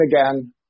again